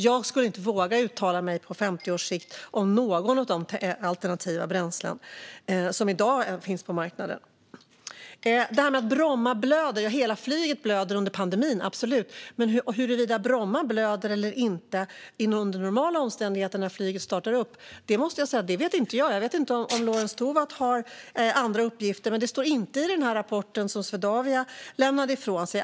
Jag skulle inte våga uttala mig på 50 års sikt om något av de alternativa bränslen som i dag finns på marknaden. Sedan var det detta med att Bromma blöder. Ja, hela flyget blöder under pandemin, absolut. Men huruvida Bromma blöder eller inte under normala omständigheter när flyget startar upp vet inte jag. Jag vet inte om Lorentz Tovatt har andra uppgifter, men det står inte i rapporten som Swedavia lämnade ifrån sig.